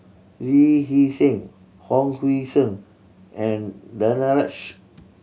Lee Hee Seng Hon Sui Sen and Danaraj